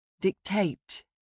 Dictate